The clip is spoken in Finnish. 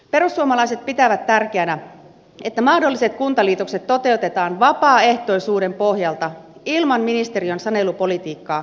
perussuomalaiset pitävät tärkeänä että mahdolliset kuntaliitokset toteutetaan vapaaehtoisuuden pohjalta ilman ministeriön sanelupolitiikkaa ja pakkoa